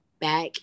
back